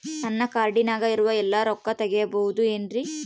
ನನ್ನ ಕಾರ್ಡಿನಾಗ ಇರುವ ಎಲ್ಲಾ ರೊಕ್ಕ ತೆಗೆಯಬಹುದು ಏನ್ರಿ?